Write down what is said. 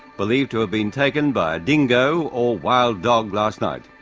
believed to have been taken by a dingo, or wild dog, last night.